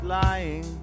lying